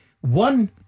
one